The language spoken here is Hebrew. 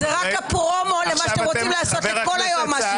זה רק הפרומו למה שאתם רוצים לעשות לכל היועצים המשפטיים.